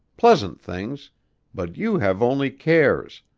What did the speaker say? pleasant things but you have only cares,